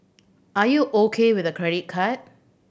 are you O K with a credit card